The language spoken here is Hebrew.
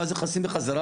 ואז נכנסים בחזרה,